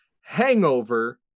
Hangover